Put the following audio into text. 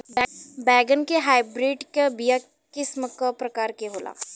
बैगन के हाइब्रिड के बीया किस्म क प्रकार के होला?